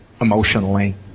emotionally